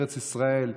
ארץ ישראל,